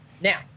Now